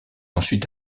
ensuite